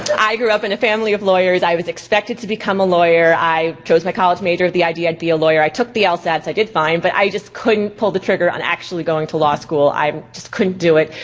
i grew up in a family of lawyers, i was expected to become a lawyer, i chose my college major with the idea i'd be a lawyer. i took the ah lsat's, i did fine, but i just couldn't pull the trigger on actually going to law school. i just couldn't do it,